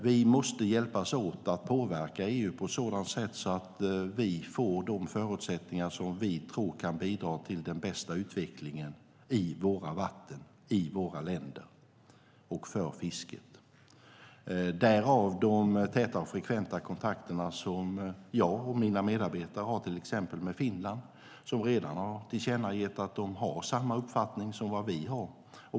Vi måste hjälpas åt att påverka EU på ett sådant sätt att vi får de förutsättningar som vi tror kan bidra till den bästa utvecklingen för fisket i våra länders vatten - därav de täta och frekventa kontakter som jag och mina medarbetare har till exempel med Finland, som redan har tillkännagett att de har samma uppfattning som vi.